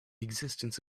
existence